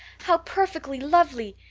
how perfectly lovely!